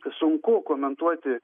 sunku komentuoti